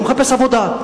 הוא מחפש עבודה,